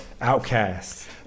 outcast